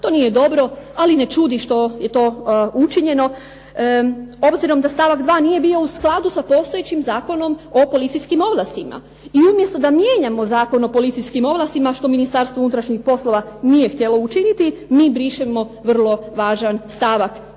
To nije dobro, ali ne čudi što je to učinjeno obzirom da stavak 2. nije bio u skladu sa postojećim Zakonom o policijskim ovlastima. I umjesto da mijenjamo Zakon o policijskim ovlastima što Ministarstvo unutrašnjih poslova nije htjelo učiniti mi brišemo vrlo važan stavak i